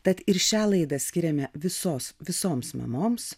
tad ir šią laidą skiriame visos visoms mamoms